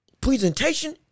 presentation